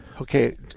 Okay